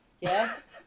Yes